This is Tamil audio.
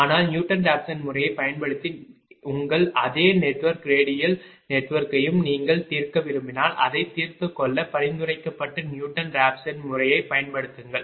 ஆனால் நியூட்டன் ராப்சன் முறையைப் பயன்படுத்தி உங்கள் அதே நெட்வொர்க் ரேடியல் நெட்வொர்க்கையும் நீங்கள் தீர்க்க விரும்பினால் அதைத் தீர்த்துக்கொள்ள பரிந்துரைக்கப்பட்ட நியூட்டன் ராஃப்சன் முறையைப் பயன்படுத்துங்கள்